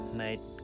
night